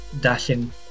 dashing